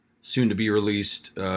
soon-to-be-released